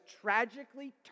tragically